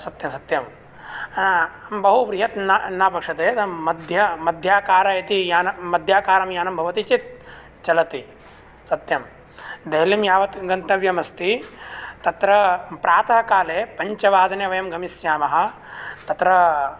सत्यं सत्यं बहुबृहद् न न पश्यते मध्य मध्याकार इति यानं मध्याकारं यानं भवति चेत् चलति सत्यं देहल्लीं यावत् गन्तव्यमस्ति तत्र प्रातःकाले पञ्चवादने वयं गमिष्यामः तत्र